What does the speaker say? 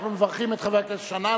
אנחנו מברכים את חבר הכנסת שנאן,